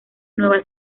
nueva